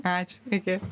ačiū iki